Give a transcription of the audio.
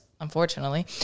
Unfortunately